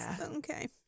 Okay